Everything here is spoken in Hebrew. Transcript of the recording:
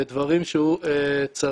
בדברים שהוא צריך,